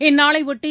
இந்நாளையொட்டி